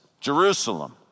Jerusalem